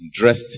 dressed